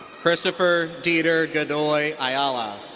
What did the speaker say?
christopher didier godoy ayala.